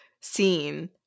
scene